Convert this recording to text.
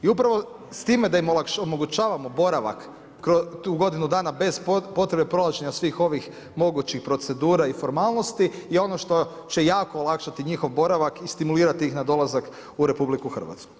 I upravo s time da im omogućavamo boravak godinu dana bez potrebe prolaženja svih ovih mogućih procedura i formalnosti i ono što će jako olakšati njihov boravak i stimulirati ih na dolazak u RH.